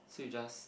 so you just